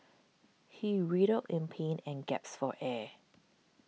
he writhed in pain and gasped for air